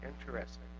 interesting